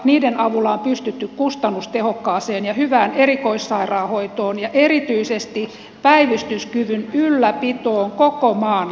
niiden avulla on pystytty kustannustehokkaaseen ja hyvään erikoissairaanhoitoon ja erityisesti päivystyskyvyn ylläpitoon koko maan laajuisesti